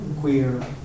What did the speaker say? queer